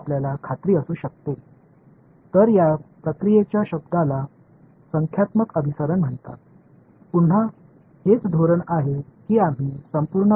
சமன்பாடுகளின் முறைகளைத் தீர்ப்பதில் இந்த பாடம் முழுவதும் நாம் பயன்படுத்தும் முக்கிய உத்தி இதுதான்